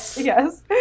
Yes